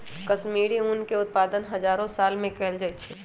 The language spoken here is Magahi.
कश्मीरी ऊन के उत्पादन हजारो साल से कएल जाइ छइ